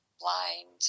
blind